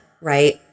right